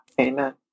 amen